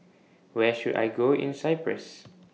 Where should I Go in Cyprus